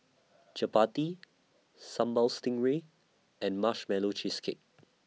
Chappati Sambal Stingray and Marshmallow Cheesecake